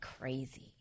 crazy